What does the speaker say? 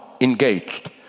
engaged